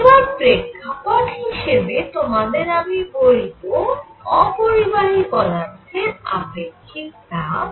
এবার প্রেক্ষাপট হিসেবে তোমাদের আমি বলব অপরিবাহী পদার্থের আপেক্ষিক তাপ